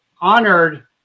honored